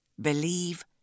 believe